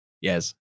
Yes